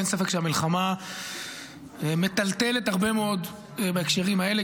אין ספק שהמלחמה מטלטלת הרבה מאוד בהקשרים האלה,